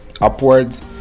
upwards